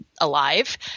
alive